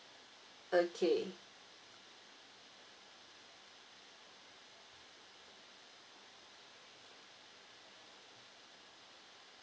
okay